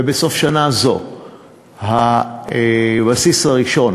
ובסוף שנה זו הבסיס הראשון